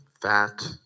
Fat